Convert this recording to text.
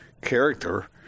character